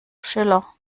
schiller